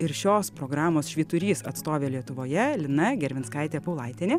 ir šios programos švyturys atstovė lietuvoje lina gervinskaitė paulaitienė